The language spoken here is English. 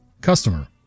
Customer